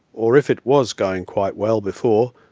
or if it was going quite well before,